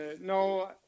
No